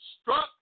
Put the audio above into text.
struck